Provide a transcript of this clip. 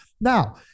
Now